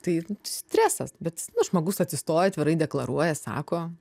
tai stresas bet nu žmogus atsistoja atvirai deklaruoja sako